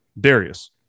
Darius